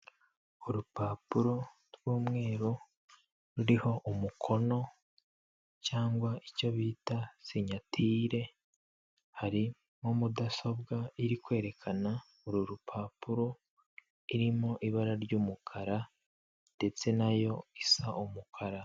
Urupapuro rw'umweru ruriho umukono cyangwa icyo bita sinyatire harimo mudasobwa iri kwerekana uru rupapuro, irimo ibara ry'umukara ndetse nayo isa umukara.